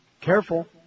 Careful